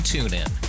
TuneIn